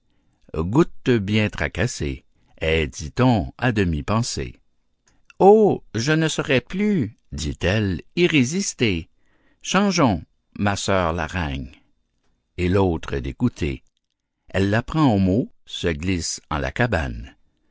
goutte bien tracassée est dit-on à demi pansée oh je ne saurais plus dit-elle y résister changeons ma sœur l'aragne et l'autre d'écouter elle la prend au mot se glisse en la cabane